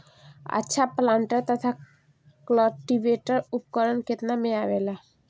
अच्छा प्लांटर तथा क्लटीवेटर उपकरण केतना में आवेला?